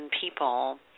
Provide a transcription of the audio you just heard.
people